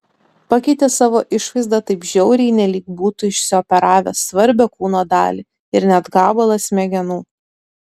pakeitė savo išvaizdą taip žiauriai nelyg būtų išsioperavęs svarbią kūno dalį ir net gabalą smegenų